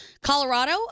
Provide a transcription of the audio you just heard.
Colorado